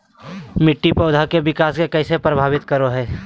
मिट्टी पौधा के विकास के कइसे प्रभावित करो हइ?